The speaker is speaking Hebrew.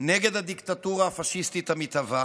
נגד הדיקטטורה הפשיסטית המתהווה